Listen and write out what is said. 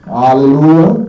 hallelujah